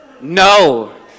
no